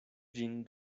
ĝin